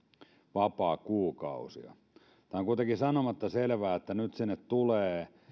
vapaakuukausia on kuitenkin sanomatta selvää että nyt sinne tulee